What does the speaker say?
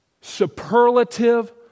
superlative